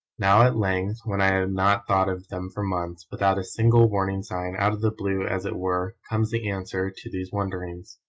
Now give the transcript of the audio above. now at length, when i had not thought of them for months, without a single warning sign, out of the blue as it were, comes the answer to these wonderings!